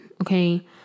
okay